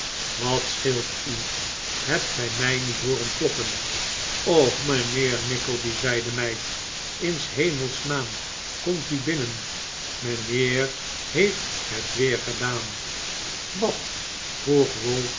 wat scheelt u hebt gij mij niet hooren kloppen o r mijnheer nickleby zei de meid in s hemels naam komt u binnen mijnheer heeft het weer gedaan wat